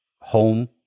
home